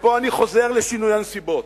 ופה אני חוזר לשינוי הנסיבות,